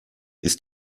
ist